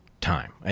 time